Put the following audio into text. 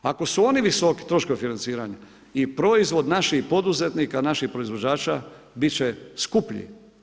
Ako su oni visoki, troškovi financiranja i proizvod naših poduzetnika, naših proizvođača biti će skuplji.